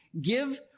Give